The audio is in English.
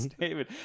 David